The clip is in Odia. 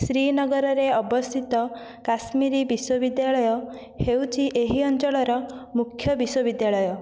ଶ୍ରୀନଗରରେ ଅବସ୍ଥିତ କାଶ୍ମୀରୀ ବିଶ୍ୱବିଦ୍ୟାଳୟ ହେଉଛି ଏହି ଅଞ୍ଚଳର ମୁଖ୍ୟ ବିଶ୍ୱବିଦ୍ୟାଳୟ